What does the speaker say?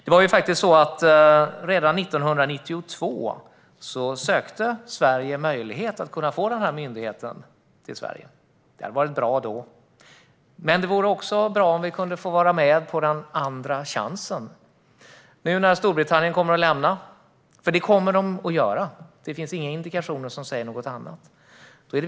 Redan 1992 ansökte Sverige om möjligheten att få den myndigheten till Sverige. Det hade varit bra då. Men det skulle också vara bra att vara med på den andra chansen. Det är viktigt att vara förberedd nu när Storbritannien kommer att lämna EU. Det kommer de nämligen att göra. Det finns inga indikationer på något annat.